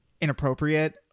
inappropriate